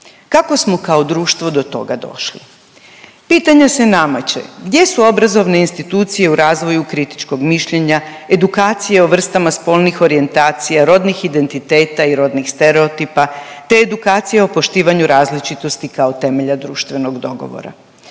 Kako smo kao društvo do toga došli? Pitanje se nameće, gdje su obrazovne institucije u razvoju kritičkog mišljenja, edukacije o vrstama spolnih orijentacija, rodnih identiteta i rodnih stereotipa, te edukcije o poštivanju različitosti kao temelja društvenog dogovora?